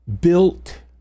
built